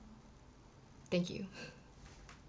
thank you